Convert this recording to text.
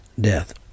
death